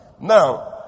Now